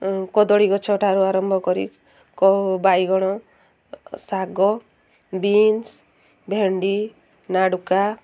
କଦଳୀ ଗଛଠାରୁ ଆରମ୍ଭ କରି ବାଇଗଣ ଶାଗ ବିନ୍ସ୍ ଭେଣ୍ଡି ନାଡ଼ୁକା